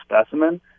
specimen